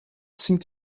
sind